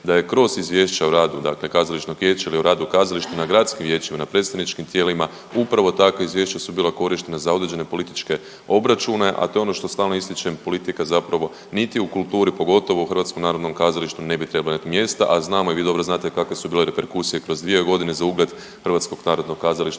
vijeće ili o radu kazališta na gradskim vijećima, na predstavničkim tijelima upravo takva izvješća su bila korištena za određene političke obračune, a to je ono što stalno ističem politika zapravo niti u kulturi pogotovo u HNK-u ne bi trebalo imat mjesta, a znamo i vi dobro znate kakve su bile reperkusije kroz dvije godine za ugled HNK u Varaždinu